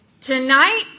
tonight